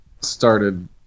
started